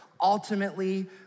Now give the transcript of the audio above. ultimately